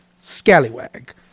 Scallywag